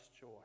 joy